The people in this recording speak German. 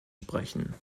sprechen